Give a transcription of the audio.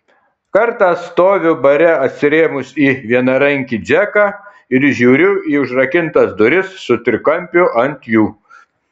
kartą stoviu bare atsirėmus į vienarankį džeką ir žiūriu į užrakintas duris su trikampiu ant jų